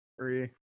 Three